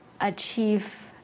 achieve